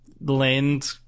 land